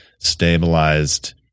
stabilized